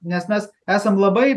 nes mes esam labai